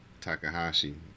Takahashi